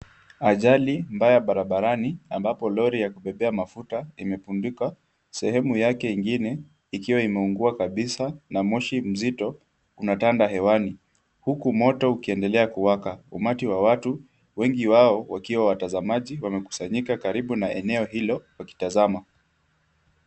Ajali mbaya barabarani ambapo lori ya kubebea mafuta ikiwa imepinduka . Sehemu yake ikiwa imeungua na moshi mzito unatanda hewani huku moto ukiendelea kuwaka. Umati wa watu, wengi wao wakiwa watazamaji wamekusanyika karibu na eneo hilo wakitazama.